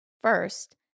First